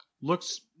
Looks